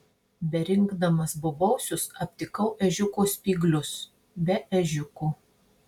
berinkdamas bobausius aptikau ežiuko spyglius be ežiuko